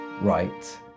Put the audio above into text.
right